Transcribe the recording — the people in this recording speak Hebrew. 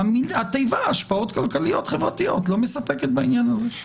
והתיבה "השפעות חברתיות כלכליות" לא מספקת בעניין הזה.